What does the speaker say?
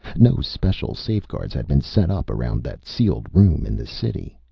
no special safeguards had been set up around that sealed room in the city.